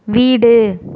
வீடு